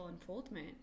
unfoldment